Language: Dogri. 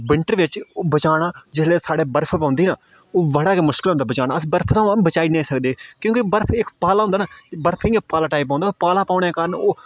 विंटर बिच ओह बचाना जिसलै साढ़े बरफ पौंदी ना ओह् बड़ा गै मुश्कल होंदा बचाना अस बरफ थमां बचाई निं सकदे क्योंकि बरफ इक पाला होंदा ना बरफ इ'यां पाला टाइप पौंदा पाला पौने कारण ओह्